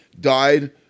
died